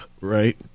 right